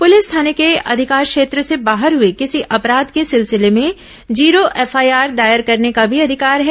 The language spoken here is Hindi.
पुलिस थाने के अधिकार क्षेत्र से बाहर हुए किसी अपराध के सिलसिले में जीरो एफआईआर दायर करने का भी अधिकार है